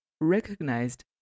recognized